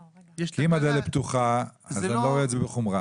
אם הדלת פתוחה, אתה לא רואה את זה בחומרה.